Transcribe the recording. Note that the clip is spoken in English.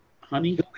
honey